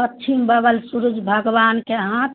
पच्छिम बगल सूर्ज भगवानके हाथ